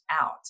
out